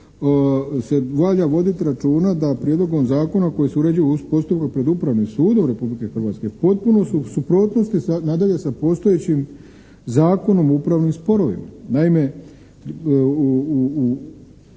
se valja voditi računa da prijedlogom zakona koji se uređuje postupak pred Upravnim sudom Republike Hrvatske potpuno su u suprotnosti nadalje sa postojećim Zakonom o upravnim sporovima. Naime, u,